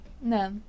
No